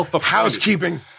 housekeeping